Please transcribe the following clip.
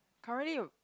currently